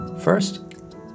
First